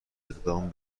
اقدام